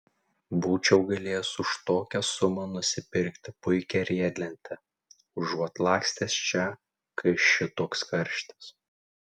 būčiau galėjęs už tokią sumą nusipirkti puikią riedlentę užuot lakstęs čia kai šitoks karštis